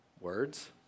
Words